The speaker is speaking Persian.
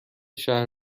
شهر